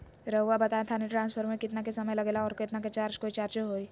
रहुआ बताएं थाने ट्रांसफर में कितना के समय लेगेला और कितना के चार्ज कोई चार्ज होई?